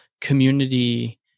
community